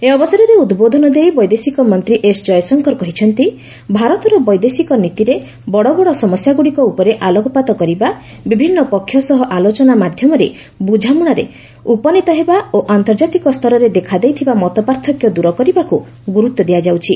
ଏହି ଅବସରରେ ଉଦ୍ବୋଧନ ଦେଇ ବୈଦେଶିକ ମନ୍ତ୍ରୀ ଏସ୍ ଜୟଶଙ୍କର କହିଛନ୍ତି ଭାରତର ବୈଦେଶିକ ନୀତିରେ ବଡ଼ବଡ଼ ସମସ୍ୟାଗୁଡ଼ିକ ଉପରେ ଆଲୋକପାତ କରିବା ବିଭିନ୍ନ ପକ୍ଷ ସହ ଆଲୋଚନା ମାଧ୍ୟମରେ ବୁଝାମଣାରେ ଉପନୀତ ହେବା ଓ ଆନ୍ତର୍ଜାତିକ ସ୍ତରରେ ଦେଖାଦେଇଥିବା ମତପାର୍ଥକ୍ୟ ଦୂର କରିବାକୁ ଗୁରୁତ୍ୱ ଦିଆଯାଉଛି